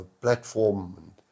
platform